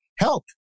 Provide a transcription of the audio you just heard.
Help